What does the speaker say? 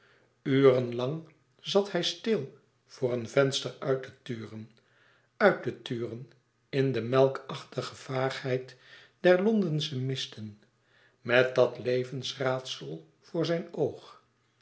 lang zat hij stil voor een venster uit te turen uit te turen in de melkachtige vaagheid der londensche misten met dat levensraadsel voor zijn oog